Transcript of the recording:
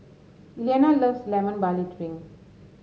Elianna loves Lemon Barley Drink